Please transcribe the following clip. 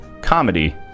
comedy